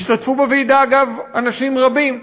השתתפו בוועידה, אגב, אנשים רבים,